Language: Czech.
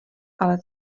ale